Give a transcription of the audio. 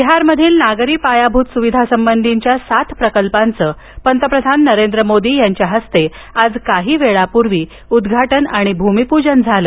बिहारमधील नगरी पायाभूत सुविधांसंबंधीच्या सात प्रकल्पांचं पंतप्रधान नरेंद्र मोदी यांच्या हस्ते आज काही वेळापूर्वी उद्घाटन आणि भूमिपूजन झालं